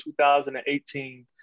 2018